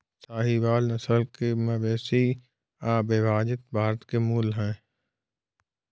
साहीवाल नस्ल के मवेशी अविभजित भारत के मूल हैं